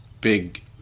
big